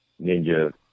ninja